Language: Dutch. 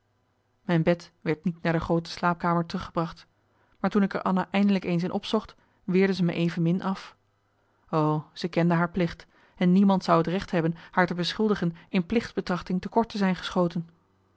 mijn bed werd niet naar de groote slaapkamer teruggebracht maar toen ik er anna eindelijk eens in opzocht weerde ze me evenmin af o zij kende haar plicht en niemand zou het recht hebben haar te beschuldigen in plichtsbetrachting te kort te zijn geschoten